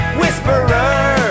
whisperer